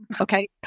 okay